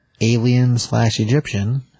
alien-slash-Egyptian